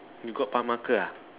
you got marker ah